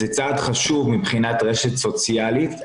זה צעד חשוב מבחינת רשת סוציאלית,